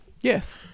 Yes